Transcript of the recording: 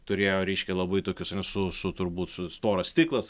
turėjo reiškia labai tokius su su turbūt su storas stiklas